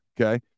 Okay